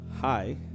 Hi